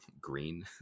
green